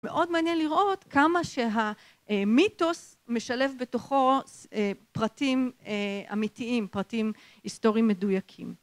מאוד מעניין לראות כמה שהמיתוס משלב בתוכו פרטים אמיתיים, פרטים היסטוריים מדויקים.